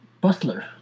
butler